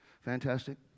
Fantastic